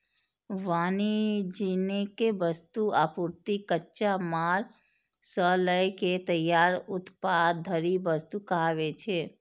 वाणिज्यिक वस्तु, आपूर्ति, कच्चा माल सं लए के तैयार उत्पाद धरि वस्तु कहाबै छै